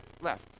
left